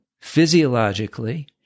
Physiologically